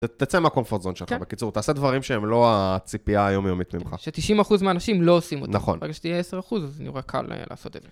תצא מהקומפורט זון שלך, בקיצור, תעשה דברים שהם לא הציפייה היומיומית ממך. ש-90% מהאנשים לא עושים אותם, רק שתהיה 10% זה נראה קל לעשות את זה.